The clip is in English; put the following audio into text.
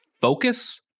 focus